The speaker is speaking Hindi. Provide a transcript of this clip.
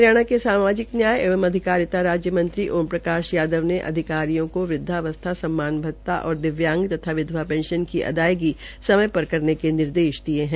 हरियाणा के सामाजिक न्याय एवं अधिकारिता राज्य मंत्री ओम प्रकाश यादव ने अधिकारियो को वृदवावस्था सम्मान भता दिव्यांग और विधवा पेंशन की अदायगी समय पर करने के निर्देश दिये है